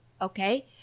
okay